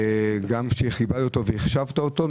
גם כשכיבדת והחשבת אותו,